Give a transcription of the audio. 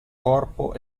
corpo